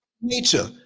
nature